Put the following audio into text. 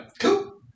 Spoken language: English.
Cool